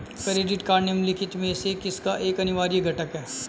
Credit card निम्नलिखित में से किसका एक अनिवार्य घटक है?